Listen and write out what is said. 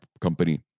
company